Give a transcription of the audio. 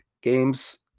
games